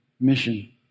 mission